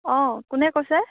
অ' কোনে কৈছে